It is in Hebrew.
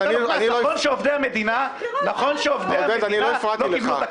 נכון שעובדי המדינה לא קיבלו את הקנס הזה,